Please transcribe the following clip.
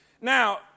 Now